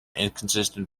inconsistent